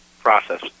process